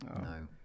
No